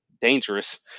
dangerous